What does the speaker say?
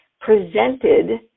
presented